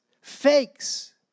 fakes